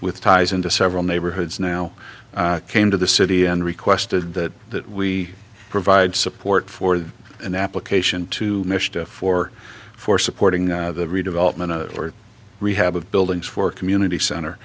with ties into several neighborhoods now came to the city and requested that that we provide support for an application to mission for for supporting the redevelopment or rehab of buildings for a community center